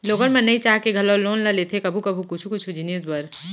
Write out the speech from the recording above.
लोगन मन नइ चाह के घलौ लोन ल लेथे कभू कभू कुछु कुछु जिनिस बर